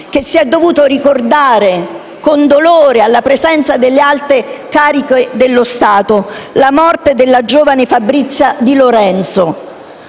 si è dovuto ricordare con dolore, alla presenza delle alte cariche dello Stato, la morte della giovane Fabrizia Di Lorenzo,